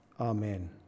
Amen